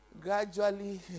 gradually